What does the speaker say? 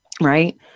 right